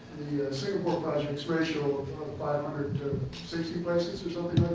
singapore project's ratio of five hundred to sixty places or something